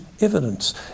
evidence